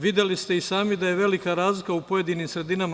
Videli ste i sami da je velika razlika u pojedinim sredinama.